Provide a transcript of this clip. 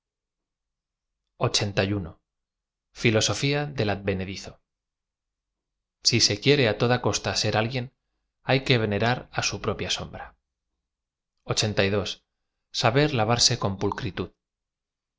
io fia del advenedizo si se quiere á toda costa ser alguien hay que vene ra r á su propia sombra saber lavarse con pulcritud